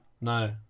No